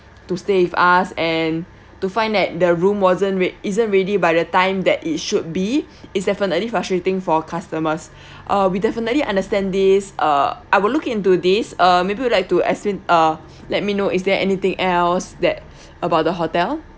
to stay with us and to find that the room wasn't rea~ isn't ready by the time that it should be it's definitely frustrating for customers uh we definitely understand this uh I will look into this uh maybe you would like to explai~ uh let me know is there anything else that about the hotel